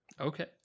Okay